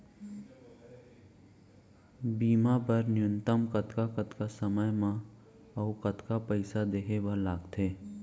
बीमा बर न्यूनतम कतका कतका समय मा अऊ कतका पइसा देहे बर लगथे